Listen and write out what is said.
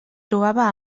trobava